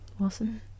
Awesome